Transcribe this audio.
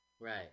Right